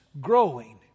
growing